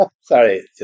Sorry